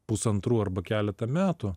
pusantrų arba keletą metų